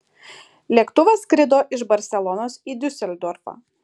lėktuvas skrido iš barselonos į diuseldorfą